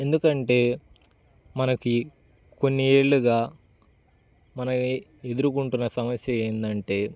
ఎందుకు అంటే మనకి కొన్ని ఏళ్ళుగా మనం ఎదురుకొంటున్న సమస్య ఏమిటి అంటే